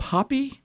Poppy